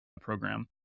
program